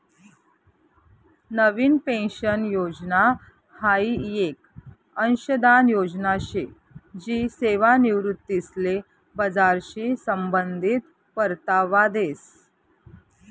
नवीन pension योजना हाई येक अंशदान योजना शे जी सेवानिवृत्तीसले बजारशी संबंधित परतावा देस